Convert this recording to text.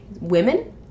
Women